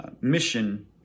mission